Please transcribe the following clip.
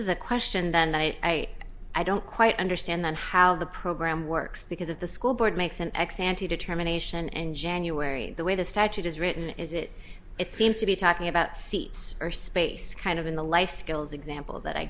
is a question that i i don't quite understand then how the program works because of the school board makes an ex ante determination and january the way the statute is written is it it seems to be talking about seats or space kind of in the life skills example that i